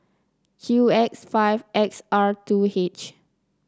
Q X five X R two H